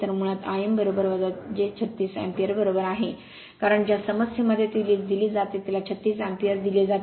तर मुळात I m j 36 ampere बरोबर आहे कारण ज्या समस्येमध्ये ती दिली जाते तिला 36 अँपिअर दिले जाते